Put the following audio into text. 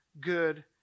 good